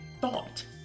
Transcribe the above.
thought